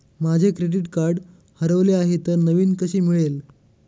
माझे credit card हरवले आहे तर नवीन कसे मिळेल?